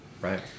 right